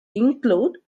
include